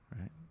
right